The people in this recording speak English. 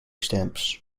stamps